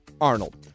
Arnold